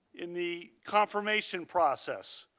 in the confirmation process.